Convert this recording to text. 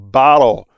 bottle